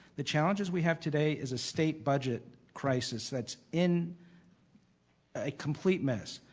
the challenges we have today is a state budget crisis that's in a complete mess.